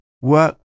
work